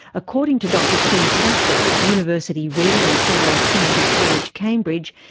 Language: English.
according to dr steve satchell, university reader and fellow of trinity college cambridge,